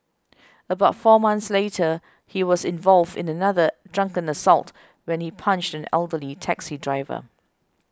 about four months later he was involved in another drunken assault when he punched an elderly taxi driver